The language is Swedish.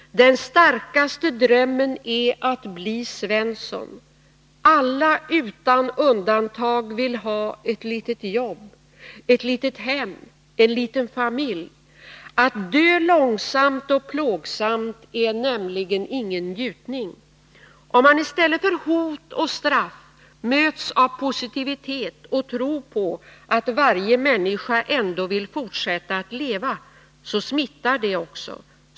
Den starkaste drömmen är att bli Svensson. Alla, utan undantag, vill ha ett litet jobb, ett litet hem, en liten familj. Att dö långsamt och plågsamt är nämligen ingen njutning. Om man i stället för hot och straff möts av positivitet och tro på att varje människa ändå vill fortsätta att leva, så smittar det också.